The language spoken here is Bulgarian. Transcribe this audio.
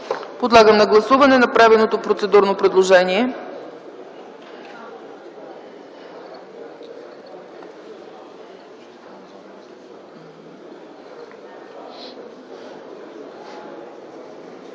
Подлагам на гласуване направеното процедурно предложение.